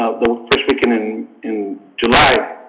ah the first weekend in in july.